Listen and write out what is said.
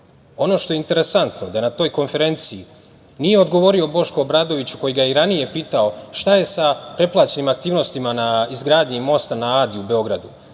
što je interesantno da je na toj konferenciji nije odgovorio Boško Obradović koji ga je i ranije pitao, šta je sa preplaćenim aktivnostima na izgradnji mosta na Adi u Beogradu.